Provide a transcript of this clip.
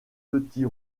petits